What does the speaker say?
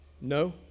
No